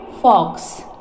fox